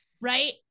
right